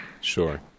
Sure